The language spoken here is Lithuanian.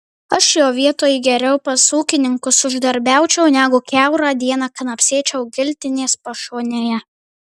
aš jo vietoj geriau pas ūkininkus uždarbiaučiau negu kiaurą dieną knapsėčiau giltinės pašonėje